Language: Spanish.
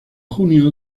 junio